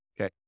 Okay